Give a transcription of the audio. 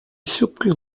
surpris